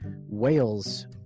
whales